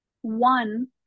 One